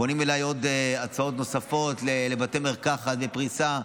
פונים אליי בהצעות נוספות לבתי מרקחת בפריסה.